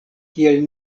kiel